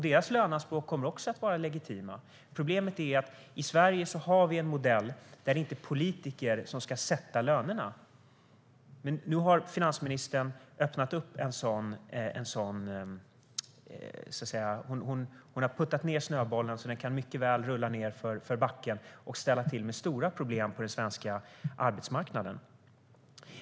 Deras löneanspråk kommer också att vara legitima. Problemet är att vi i Sverige har en modell där det inte är politiker som ska sätta lönerna. Men nu har finansministern öppnat upp för det och puttat på snöbollen, och den kan mycket väl rulla nedför backen och ställa till med stora problem på den svenska arbetsmarknaden.